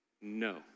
no